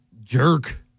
jerk